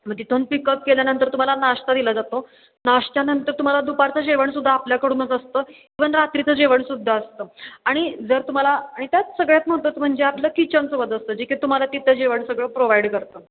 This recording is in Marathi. मग तिथून पिकअप केल्यानंतर तुम्हाला नाश्ता दिला जातो नाश्त्यानंतर तुम्हाला दुपारचं जेवण सुद्धा आपल्याकडूनच असतं इव्हन रात्रीचं जेवण सुद्धा असतं आणि जर तुम्हाला आणि त्यात सगळ्यात महत्त्वाचं म्हणजे आपलं किचनसोबत असतं जे काय तुम्हाला तिथं जेवण सगळं प्रोव्हाइड करतं